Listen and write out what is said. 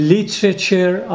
Literature